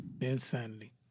Insanity